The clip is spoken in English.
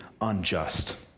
unjust